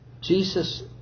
Jesus